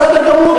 בסדר גמור.